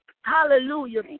hallelujah